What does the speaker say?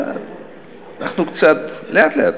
אנחנו קצת, לאט-לאט.